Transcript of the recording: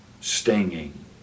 Stinging